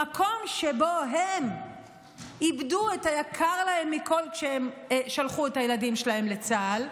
במקום שבו הם איבדו את היקר להם מכול כשהם שלחו את הילדים שלהם לצה"ל,